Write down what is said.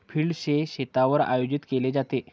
field day शेतावर आयोजित केला जातो